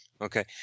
Okay